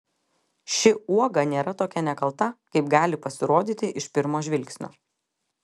ši uoga nėra tokia nekalta kaip gali pasirodyti iš pirmo žvilgsnio